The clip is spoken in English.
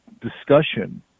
discussion